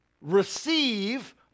receive